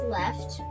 left